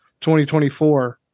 2024